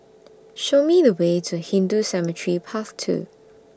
Show Me The Way to Hindu Cemetery Path two